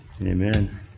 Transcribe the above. Amen